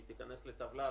היא תיכנס לטבלה,